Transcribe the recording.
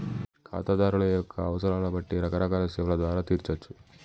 ఖాతాదారుల యొక్క అవసరాలను బట్టి రకరకాల సేవల ద్వారా తీర్చచ్చు